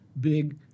big